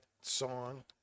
song